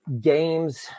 games